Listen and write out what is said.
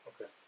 Okay